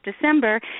December